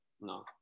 No